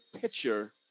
picture